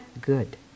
good